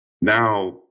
now